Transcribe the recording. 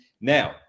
Now